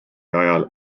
ajal